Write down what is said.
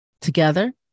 Together